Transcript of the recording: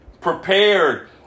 prepared